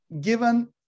given